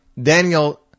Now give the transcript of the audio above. Daniel